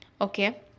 okay